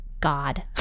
God